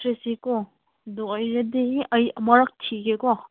ꯊ꯭ꯔꯦꯁꯤꯀꯣ ꯑꯗꯨ ꯑꯣꯏꯔꯗꯤ ꯑꯩ ꯑꯃꯨꯔꯛ ꯊꯤꯒꯦꯀꯣ